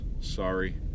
sorry